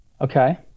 okay